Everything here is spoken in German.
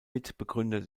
mitbegründer